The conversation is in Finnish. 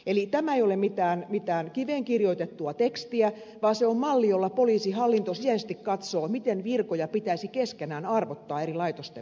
eli tämä ei ole mitään kiveen kirjoitettua tekstiä vaan se on malli jolla poliisihallinto sisäisesti katsoo miten virkoja pitäisi keskenään arvottaa eri laitosten välillä